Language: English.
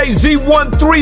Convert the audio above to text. z13